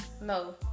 No